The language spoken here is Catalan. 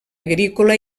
agrícola